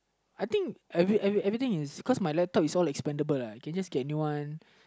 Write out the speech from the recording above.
I think everything everything is because my laptop is expendable lah can just get a new one